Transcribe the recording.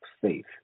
safe